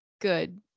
good